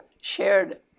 shared